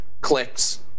clicks